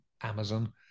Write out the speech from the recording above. Amazon